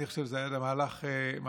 אני חושב שזה היה מהלך נכון.